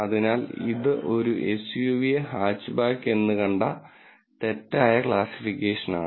അതിനാൽ ഇത് ഒരു എസ്യുവിയെ ഹാച്ച്ബാക്ക് എന്ന് കണ്ട തെറ്റായ ക്ലാസ്സിഫിക്കേഷനാണ്